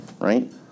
right